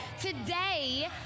today